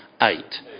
eight